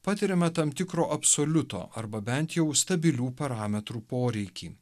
patiriame tam tikro absoliuto arba bent jau stabilių parametrų poreikį